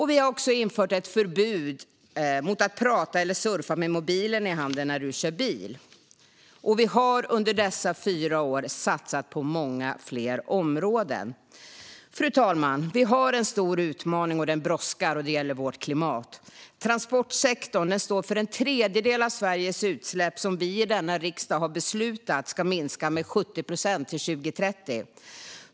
Vi har infört förbud mot att prata eller surfa med mobilen i handen när man kör bil. Vi har under dessa fyra år också satsat på många fler områden. Fru talman! Vi har en stor utmaning, och den brådskar. Det gäller vårt klimat. Transportsektorn står för en tredjedel av Sveriges utsläpp, som vi i denna riksdag har beslutat ska minska med 70 procent till 2030.